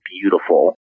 beautiful